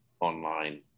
online